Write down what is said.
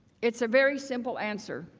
it's a very simple answer.